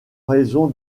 raison